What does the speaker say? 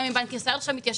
גם אם בנק ישראל עכשיו מתיישר,